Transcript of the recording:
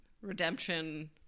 redemption